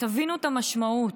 תבינו את המשמעות.